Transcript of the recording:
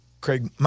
Craig